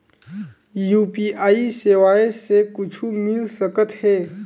UPI सेवाएं से कुछु मिल सकत हे?